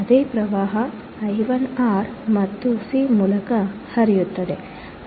ಅದೇ ಪ್ರವಾಹ I1 R ಮತ್ತು C ಮೂಲಕ ಹರಿಯುತ್ತದೆ